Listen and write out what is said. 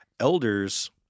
Elders